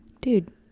dude